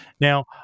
now